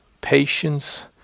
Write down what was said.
patience